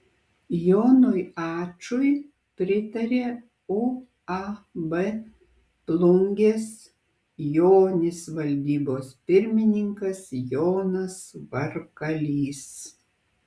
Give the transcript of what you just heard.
jonui ačui pritarė uab plungės jonis valdybos pirmininkas jonas varkalys